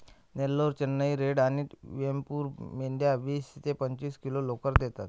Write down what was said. Nellore, Chennai red आणि वेमपूर मेंढ्या वीस ते पस्तीस किलो लोकर देतात